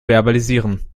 verbalisieren